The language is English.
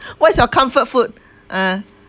what is your comfort food ah